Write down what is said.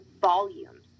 volumes